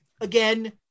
again